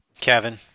Kevin